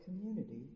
community